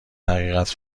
حقیقت